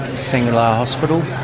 sanglah hospital.